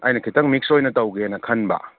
ꯑꯩꯅ ꯈꯤꯇꯪ ꯃꯤꯛꯁ ꯑꯣꯏꯅ ꯇꯧꯒꯦꯅ ꯈꯟꯕ